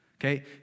Okay